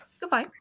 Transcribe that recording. Goodbye